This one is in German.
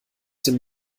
dem